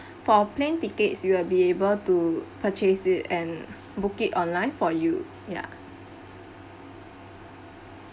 for plane tickets you will be able to purchase it and book it online for you ya